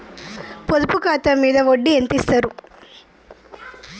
పొదుపు ఖాతా మీద వడ్డీ ఎంతిస్తరు?